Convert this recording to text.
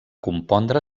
compondre